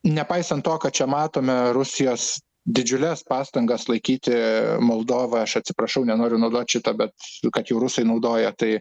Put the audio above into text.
nepaisant to kad čia matome rusijos didžiules pastangas laikyti moldovą aš atsiprašau nenoriu naudot šito bet kad jau rusai naudoja tai